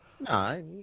No